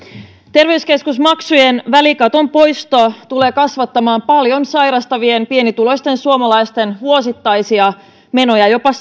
terveyskeskusmaksujen välikaton poisto tulee kasvattamaan paljon sairastavien pienituloisten suomalaisten vuosittaisia menoja jopa